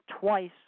twice